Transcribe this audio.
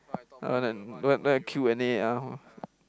other than don't have don't have Q and A ah